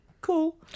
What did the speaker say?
cool